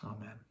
Amen